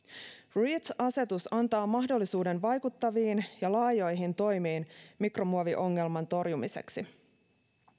reach asetus antaa mahdollisuuden vaikuttaviin ja laajoihin toimiin mikromuoviongelman torjumiseksi